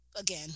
again